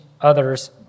others